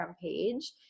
page